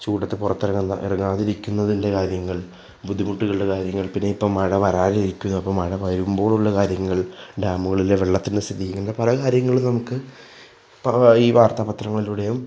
ചൂടത്ത് പുറത്തെറങ്ങുന്നതിൻ്റെ ഇറങ്ങാതിരിക്കുന്നതിൻ്റെ കാര്യങ്ങൾ ബുദ്ധിമുട്ടുകളുടെ കാര്യങ്ങൾ പിന്നെ ഇപ്പം മഴ വരാതിരിക്കുന്നു അപ്പോൾ മഴ വരുമ്പോഴുള്ള കാര്യങ്ങൾ ഡാമുകളിലെ വെള്ളത്തിൻ്റെ സ്ഥിതി ഇങ്ങനെ പല കാര്യങ്ങളും നമുക്ക് ഈ വാർത്താ പത്രങ്ങളിലൂടേയും